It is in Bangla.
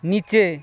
নীচে